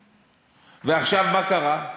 ועכשיו, מה קרה?